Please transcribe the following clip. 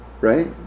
right